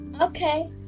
Okay